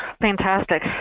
Fantastic